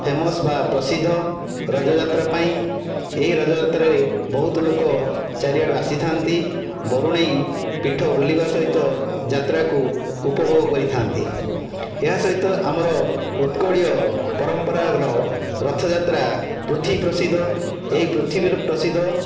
famous ବା ପ୍ରସିଦ୍ଧ ରଜ ଯାତ୍ରା ପାଇଁ ଏହି ରଜ ଯାତ୍ରାରେ ବହୁତ ଲୋକ ଚାରିଆଡ଼ୁ ଆସିଥାନ୍ତି ବରୁଣେଇ ପୀଠ ବୁଲିବା ସହିତ ଯାତ୍ରାକୁ ଉପଭୋଗ କରିଥାନ୍ତି ଏହା ସହିତ ଆମର ଉତ୍କଳୀୟ ପରମ୍ପରାର ରଥଯାତ୍ରା ପୃଥିବୀ ପ୍ରସିଦ୍ଧ ଏହି ପୃଥିବୀର ପ୍ରସିଦ୍ଧ